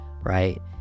right